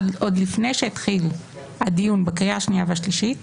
עוד לפני שהתחיל הדיון בקריאה השנייה והשלישית